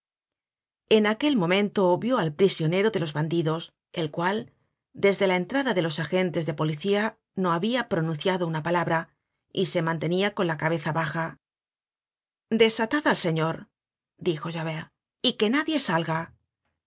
en aquel momento vió al prisionero de los bandidos el cual desde la entrada de los agentes de policía no habia pronunciado una palabra y se mantenia con la cabeza baja desatad al señor dijo javert y que nadie salga